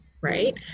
right